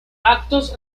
actos